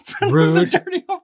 Rude